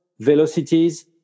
Velocities